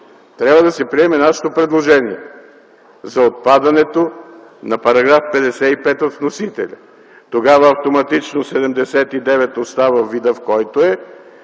трябва да се приеме нашето предложение за отпадането на § 55 от вносителя. Тогава автоматично чл. 79 остава във вида, в който е,